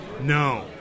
No